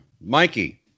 Mikey